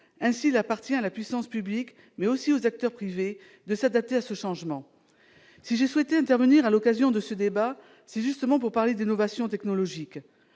chose. Il appartient donc à la puissance publique, mais aussi aux acteurs privés, de s'adapter à ce changement. Si j'ai souhaité intervenir dans ce débat, c'est justement pour parler d'innovation technologique.